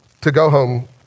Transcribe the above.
to-go-home